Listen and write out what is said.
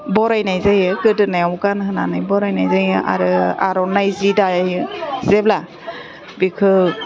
बरायनाय जायो गोदोनायाव गानहोनानै बरायनाय जायो आरो आर'नाइ जि दायो जेब्ला बेखौ